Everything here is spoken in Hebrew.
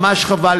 ממש חבל.